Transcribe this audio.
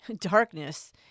darkness